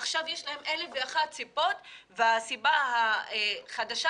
עכשיו יש להם 1,001 סיבות והסיבה החדשה,